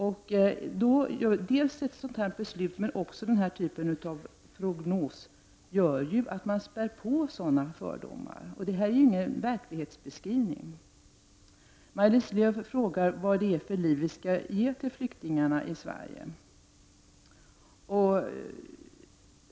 Ett beslut som regeringens men även den här typen av prognos gör att man spär på sådana fördomar. Detta är nämligen ingen verklighetsbeskrivning. Maj-Lis Lööw frågar vad för slags liv vi skall ge flyktingarna i Sverige.